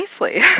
nicely